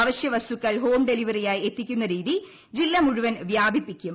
അവശ്യ വസ്തുക്കൾ ഹോം ഡെലിവെറിയായി എത്തിക്കുന്ന രീതി ജില്ല മുഴുവൻ വ്യാപിപ്പിക്കും